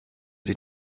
sie